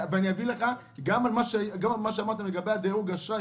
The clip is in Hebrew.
אני אביא לך נתונים גם על מה שאמרת בעניין דירוג האשראי